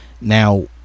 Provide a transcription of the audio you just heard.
now